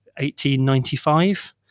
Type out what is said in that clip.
1895